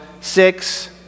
Six